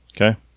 Okay